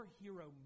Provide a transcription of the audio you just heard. hero